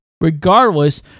regardless